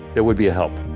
it would be a help